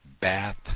Bath